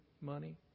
money